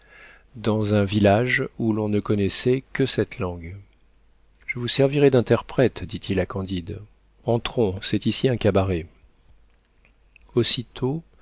dans un village où l'on ne connaissait que cette langue je vous servirai d'interprète dit-il à candide entrons c'est ici un cabaret aussitôt